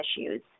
issues